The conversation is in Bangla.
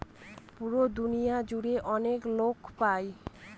পুরো দুনিয়া জুড়ে অনেক লোক পাই